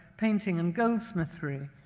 painting, and goldsmithery,